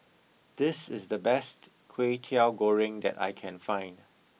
this is the best kwetiau goreng that I can find